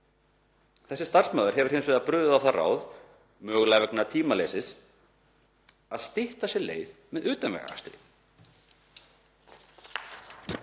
Þessi starfsmaður hefur hins vegar brugðið á það ráð, mögulega vegna tímaskorts, að stytta sér leið með utanvegaakstri.